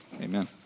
amen